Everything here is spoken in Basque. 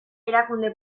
erakunde